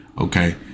Okay